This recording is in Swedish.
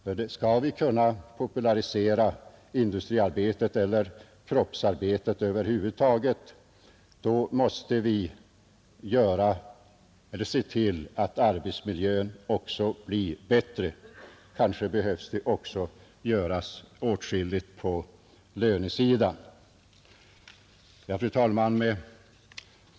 Om vi skall kunna popularisera industriarbetet och kroppsarbetet över huvud taget, så måste vi också se till att arbetsmiljön blir bättre. Kanske behövs det även göras åtskilligt på lönesidan. Fru talman!